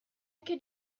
could